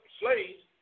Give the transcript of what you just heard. slaves